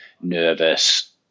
nervous